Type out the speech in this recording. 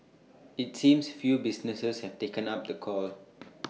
IT seems few businesses have taken up the call